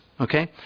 Okay